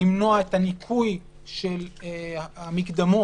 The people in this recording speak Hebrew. למנוע את הניכוי של המקדמות